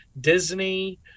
Disney